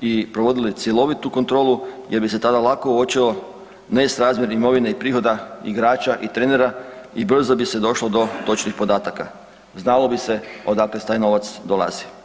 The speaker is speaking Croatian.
i provodili cjelovitu kontrolu jer bi se tada lako uočilo nesrazmjer imovine prihoda igrača i trenera i brzo bi se došlo do točnih podataka, znalo bi se odakle taj novac dolazi.